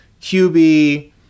qb